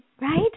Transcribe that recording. right